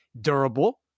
Durable